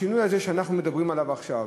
השינוי הזה שאנחנו מדברים עליו עכשיו,